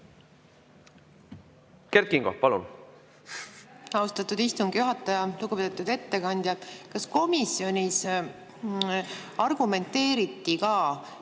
Kert Kingo, palun! Austatud istungi juhataja! Lugupeetud ettekandja! Kas komisjonis argumenteeriti